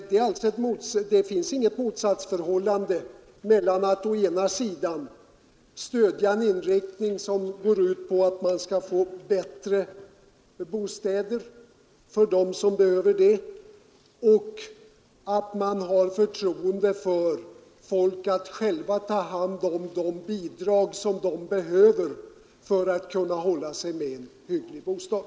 Det finns ju inget motsatsförhållande mellan att å ena sidan stödja en inriktning som går ut på att få bättre bostäder för dem som behöver det och att visa folk förtroendet att själva få ta hand om de bidrag som de behöver för att kunna hålla sig med en sådan bostad.